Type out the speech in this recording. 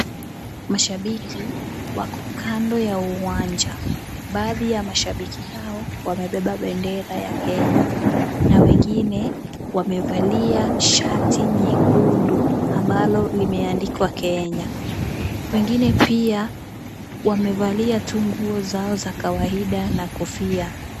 Mashabiki wako kando ya uwanja. Baadhi ya mashabiki hao wamebeba bendera ya Kenya, na wengine wamevalia shati nyekundu ambalo limeandikwa Kenya. Wengine pia wamevalia tu nguo zao za kawaida na kofia.